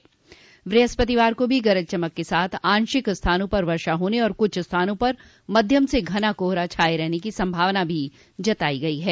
वहीं वृहस्पतिवार को भी गरज चमक के साथ आंशिक स्थानों पर वर्षा होने तथा कुछ स्थानों पर मध्यम से घना कोहरा छाये रहने की संभावना जतायी गई है